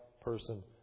person